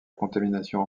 contamination